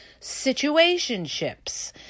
situationships